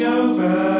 over